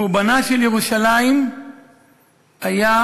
חורבנה של ירושלים היה,